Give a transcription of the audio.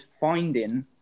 finding